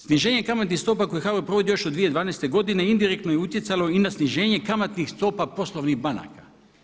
Sniženjem kamatnih stopa koje HBOR provodi još od 2012. godine indirektno je utjecalo i na sniženje kamatnih stopa poslovnih banaka.